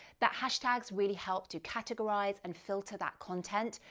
that hashtags really help to categorize and filter that content,